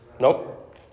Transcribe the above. Nope